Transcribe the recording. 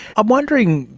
i'm wondering,